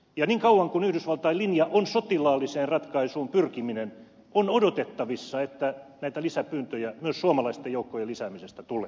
ja niin kauan kun yhdysvaltain linja on sotilaalliseen ratkaisuun pyrkiminen on odotettavissa että näitä lisäpyyntöjä myös suomalaisten joukkojen lisäämisestä tulee